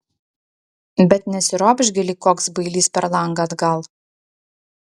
bet nesiropš gi lyg koks bailys per langą atgal